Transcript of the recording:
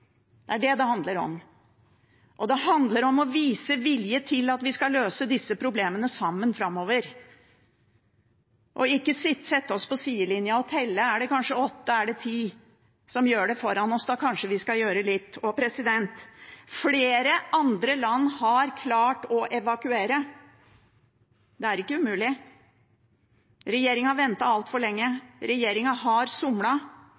Det er det det handler om. Og det handler om å vise vilje til at vi skal løse disse problemene sammen framover, ikke sette oss på sidelinjen og telle – er det kanskje åtte, er det ti som gjør det foran oss, kanskje vi skal gjøre litt? Flere andre land har klart å evakuere, det er ikke umulig. Regjeringen har ventet altfor lenge. Regjeringen har